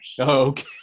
Okay